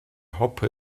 hoppe